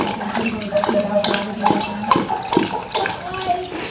ah like cleaver is looking down, proud of you right now but like,